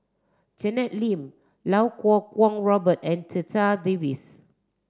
Janet Lim Lau Kuo Kwong Robert and Checha Davies